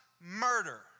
murder